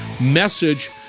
message